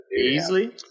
Easily